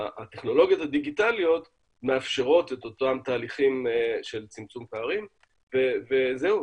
הטכנולוגיות הדיגיטליות מאפשרות את אותם תהליכים של צמצום פערים וזהו,